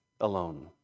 alone